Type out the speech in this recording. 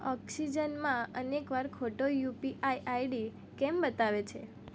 ઓક્સિજનમાં અનેક વાર ખોટો યૂપીઆઇ આઈડી કેમ બતાવે છે